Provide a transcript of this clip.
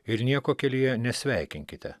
ir nieko kelyje nesveikinkite